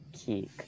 key